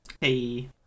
Hey